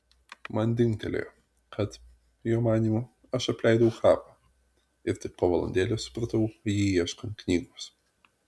man dingtelėjo kad jo manymu aš apleidau kapą ir tik po valandėlės supratau jį ieškant knygos